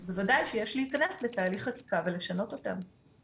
אז בוודאי שיש להיכנס לתהליך חקיקה ולשנות אותם.